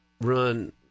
run